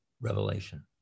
revelation